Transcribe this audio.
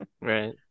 Right